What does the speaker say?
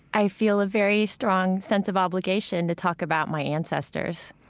i feel a very strong sense of obligation to talk about my ancestors.